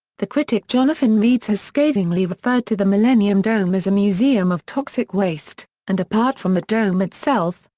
the critic jonathan meades has scathingly referred to the millennium dome as a museum of toxic waste, and apart from the dome itself,